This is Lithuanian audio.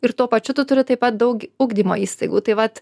ir tuo pačiu tu turi taip pat daug ugdymo įstaigų tai vat